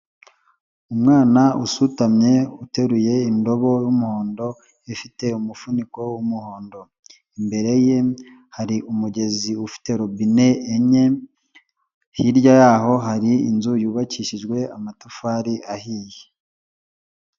Umwana usutamye uteruye indobo y'umuhondo ifite umufuniko w'umuhondo imbere ye hari umugezi ufite robine enye, hirya yaho hari inzu yubakishijwe amatafari ahiye.